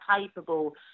capable